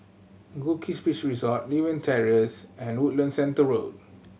Goldkist Beach Resort Lewin Terrace and Woodlands Centre Road